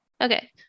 Okay